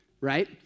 right